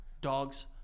dogs